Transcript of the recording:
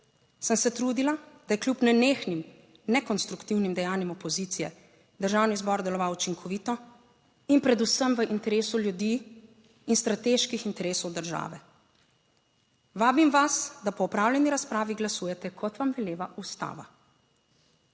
sem se trudila, da je kljub nenehnim nekonstruktivnim dejanjem opozicije Državni zbor **6. TRAK: (TB) - 9.25** (nadaljevanje) deloval učinkovito in predvsem v interesu ljudi in strateških interesov države. Vabim vas, da po opravljeni razpravi glasujete, kot vam veleva Ustava,